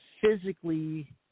physically